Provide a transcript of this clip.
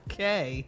Okay